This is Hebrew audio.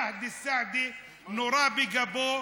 מהדי סעדי נורה בגבו